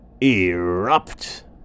erupt